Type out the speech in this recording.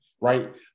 right